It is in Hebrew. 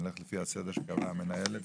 אני אלך לפי הסדר שקבעה המנהלת,